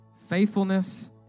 Faithfulness